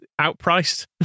outpriced